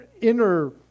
inner